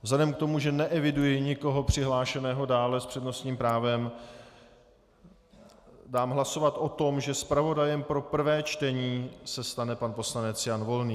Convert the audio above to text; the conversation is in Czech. Vzhledem k tomu, že neeviduji nikoho přihlášeného dále s přednostním právem, dám hlasovat o tom, že zpravodajem pro prvé čtení se stane pan poslanec Jan Volný.